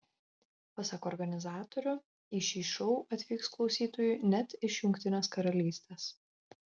pasak organizatorių į šį šou atvyks klausytojų net iš jungtinės karalystės